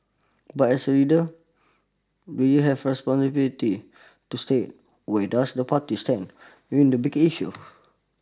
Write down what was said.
but as a leader do you have responsibility to state where does the party stand the big issues